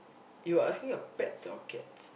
you asking a pets or cats